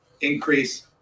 increase